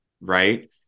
right